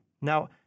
now